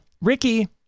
Ricky